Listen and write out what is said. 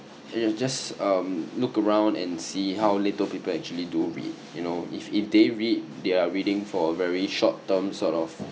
just um look around and see how little people actually do read you know if if they read they are reading for a very short term sort of